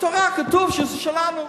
בתורה כתוב שזה שלנו.